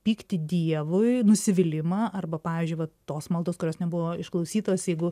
pyktį dievui nusivylimą arba pavyzdžiui va tos maldos kurios nebuvo išklausytos jeigu